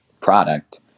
product